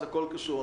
אז הכול קשור,